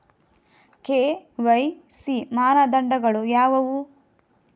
KYC ಮಾನದಂಡಗಳು ಯಾವುವು?